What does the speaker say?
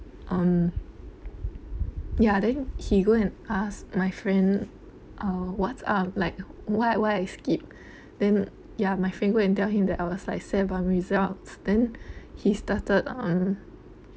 um ya then he go and ask my friend uh what ah like why why I skip then ya my friend go and tell him that I was like sad about results then he started um